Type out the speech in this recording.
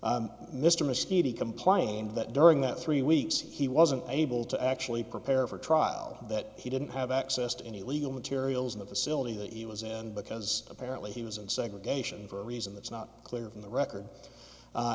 mr mosquito complained that during that three weeks he wasn't able to actually prepare for trial that he didn't have access to any legal materials in the facility that he was in because apparently he was in segregation for a reason that's not clear from the record